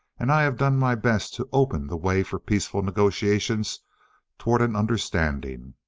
and i have done my best to open the way for peaceful negotiations toward an understanding.